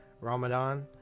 Ramadan